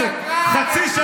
אם הם היו מודים,